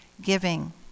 Giving